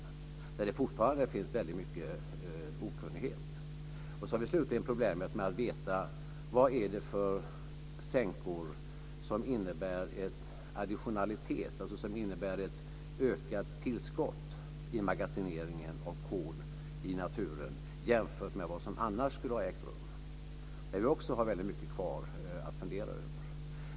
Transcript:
Där finns det fortfarande väldigt mycket okunnighet. Vi har slutligen problemet med att veta vad det är för sänkor som innebär en additionalitet, alltså ett ökat tillskott i magasineringen av kol i naturen jämfört med vad som annars skulle ha ägt rum. Där har vi också mycket kvar att fundera över.